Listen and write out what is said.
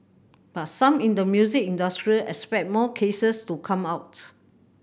but some in the music industry expect more cases to come out